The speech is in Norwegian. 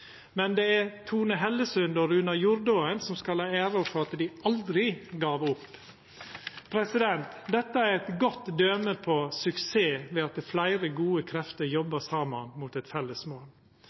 Men det er Tone Hellesund og Runar Jordåen som skal ha æra for at dei aldri gav opp. Dette er eit godt døme på suksess ved at fleire gode krefter jobbar saman mot eit